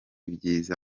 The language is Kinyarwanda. byiza